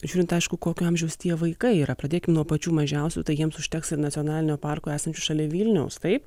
žiūrint aišku kokio amžiaus tie vaikai yra pradėkim nuo pačių mažiausių tai jiems užteks ir nacionalinio parko esančio šalia vilniaus taip